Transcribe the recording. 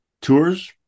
Tours